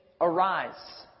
arise